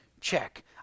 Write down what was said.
check